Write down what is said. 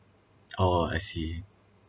oh I see